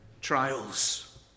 trials